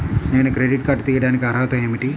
నేను credit card తీయడానికి అర్హత ఏమిటి?